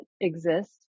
exist